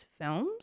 films